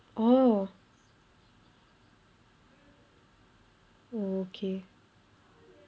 oh okay